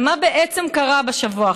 ומה בעצם קרה בשבוע האחרון?